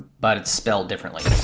but it's spelled differently.